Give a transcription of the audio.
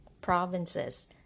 Provinces